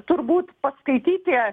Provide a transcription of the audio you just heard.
turbūt paskaityti